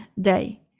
day